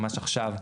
ממש עכשיו,